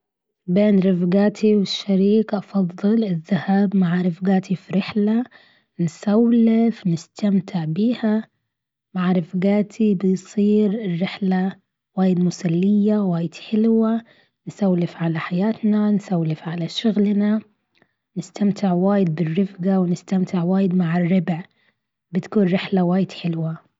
بين رفقاتي والشريك أفضل الذهاب مع رفقاتي في رحلة. نسولف نستمتع بها. مع رفقاتي بيصير الرحلة وايد مسلية وايد حلوة. نسولف على حياتنا نسولف على شغلنا. نستمتع وايد بالرفقة ونستمتع وايد مع الربع. بتكون رحلة وايد حلوة.